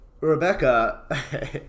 Rebecca